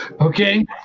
Okay